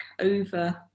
over